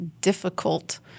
difficult